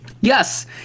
Yes